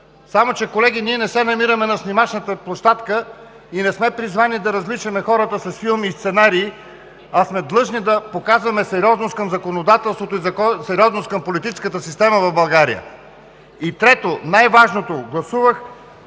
Само че, колеги, ние не се намираме на снимачната площадка и не сме призвани да развличаме хората с филми и сценарии, а сме длъжни да показваме сериозност към законодателството и сериозност към политическата система в България. И трето – най-важното – гласувах